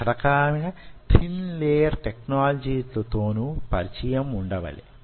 రకరకాలైన thin layer technology ల తోనూ పరిచయం వుండవలె